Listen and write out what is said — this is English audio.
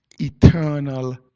eternal